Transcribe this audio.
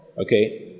Okay